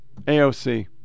AOC